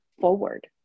forward